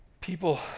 People